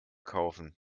kaufen